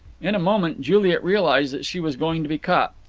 in a moment juliet realized that she was going to be caught.